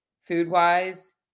food-wise